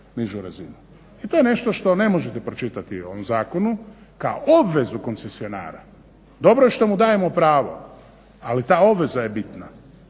I to je nešto što ne možete pročitati o ovom zakonu kao obvezu koncesionara. Dobro je što mu dajemo pravo, ali ta obveza je bitna.